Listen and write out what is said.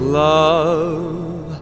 love